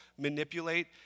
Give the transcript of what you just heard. manipulate